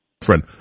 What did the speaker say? Friend